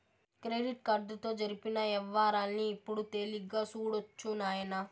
credit కార్డుతో జరిపిన యవ్వారాల్ని ఇప్పుడు తేలిగ్గా సూడొచ్చు నాయనా